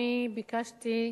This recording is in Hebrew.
אני ביקשתי,